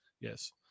yes